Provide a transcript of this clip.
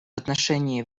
отношении